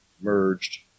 merged